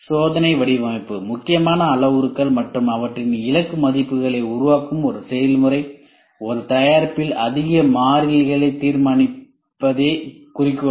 சோதனை வடிவமைப்பு முக்கியமான அளவுருக்கள் மற்றும் அவற்றின் இலக்கு மதிப்புகளை உருவாக்கும் ஒரு செயல்முறை அல்லது தயாரிப்பில் அந்த மாறிகள் தீர்மானிப்பதே குறிக்கோள்